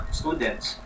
students